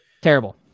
Terrible